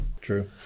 True